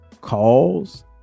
calls